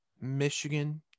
Michigan